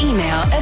Email